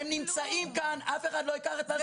הם נמצאים כאן, אף אחד לא ייקח את הכסף וייעלם.